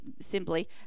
simply